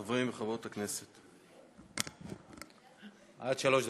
חברים וחברות הכנסת עד שלוש דקות,